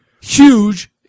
huge